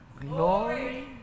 glory